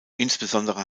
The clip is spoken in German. insbesondere